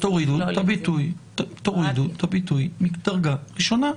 תורידו את הביטוי "מדרגה ראשונה".